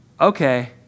okay